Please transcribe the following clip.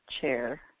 chair